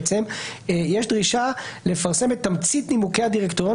יש דרישה לפרסם את תמצית נימוקי הדירקטוריון